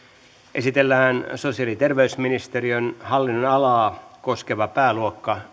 esitellään sosiaali ja terveysministeriön hallinnonalaa koskeva pääluokka